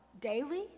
daily